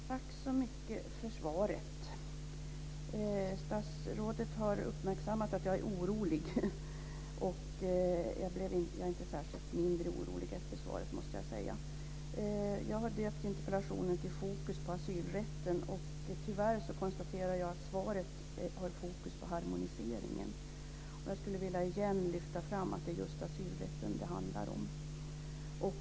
Fru talman! Tack så mycket för svaret. Statsrådet har uppmärksammat att jag är orolig, och jag är inte mindre orolig efter svaret, måste jag säga. Jag har döpt interpellationen till "Fokus på asylrätten". Tyvärr konstaterar jag att svaret har fokus på harmoniseringen. Jag skulle på nytt vilja lyfta fram att det just är asylrätten det handlar om.